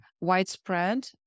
widespread